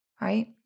right